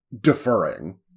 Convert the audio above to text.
deferring